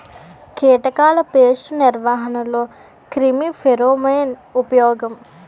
కీటకాల పేస్ట్ నిర్వహణలో క్రిమి ఫెరోమోన్ ఉపయోగం